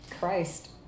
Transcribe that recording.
Christ